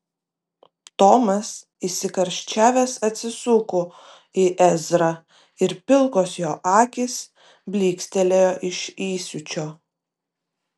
tomas įsikarščiavęs atsisuko į ezrą ir pilkos jo akys blykstelėjo iš įsiūčio